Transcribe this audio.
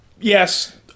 Yes